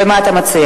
מה אתה מציע?